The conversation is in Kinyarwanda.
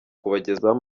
kubagezaho